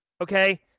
Okay